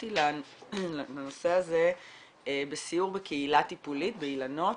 נחשפתי לנושא הזה בסיור בקהילה טיפולית באילנות,